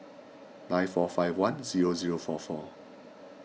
nine four five one zero zero four four